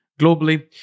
globally